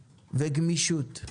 וגמישות,